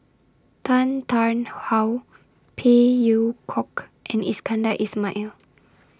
Tan Tarn How Phey Yew Kok and Iskandar Ismail